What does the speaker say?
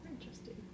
Interesting